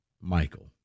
Michael